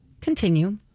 Continue